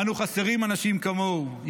אנו חסרים אנשים כמוהו.